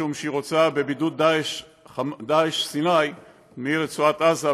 משום שהיא רוצה בבידוד דאעש סיני מרצועת עזה,